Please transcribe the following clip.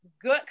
good